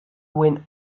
when